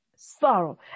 Sorrow